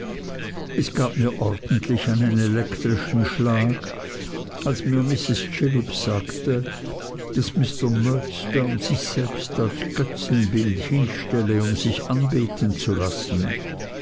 es gab mir ordentlich einen elektrischen schlag als mir mrs chillip sagte daß mr murdstone sich selbst als götzenbild hinstelle um sich anbeten zu lassen